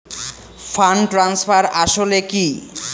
Fund transfer আসলে কী?